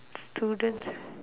students